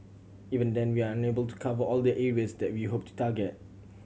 even then we are unable to cover all the areas that we hope to target